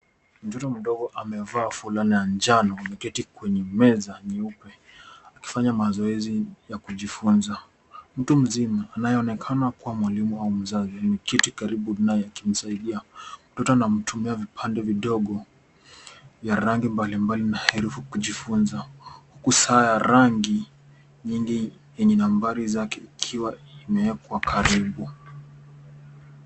Mtoto mdogo amevaa fulana ya njano. Ameketi kwenye meza nyeupe akifanya mazoezi ya kujifunza. Mtu mzima anayeonekana kuwa mwalimu au mzazi ameketi karibu naye akimsaidia. Mtoto anatumia vipande vidogo vya rangi mbalimbali na herufi kujifunza huku saa ya rangi nyingi yenye nambari zake ikiwa imewekwa karibu.